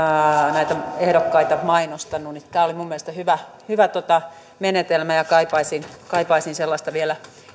näitä ehdokkaita mainostanut niin tämä oli minun mielestäni hyvä hyvä menetelmä ja kaipaisin kaipaisin sellaista vielä